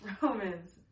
romans